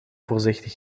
voorzichtig